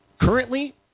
Currently